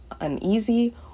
uneasy